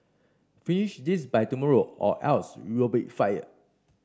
finish this by tomorrow or else you'll be fired